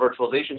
virtualization